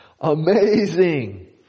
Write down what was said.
Amazing